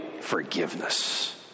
forgiveness